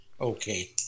Okay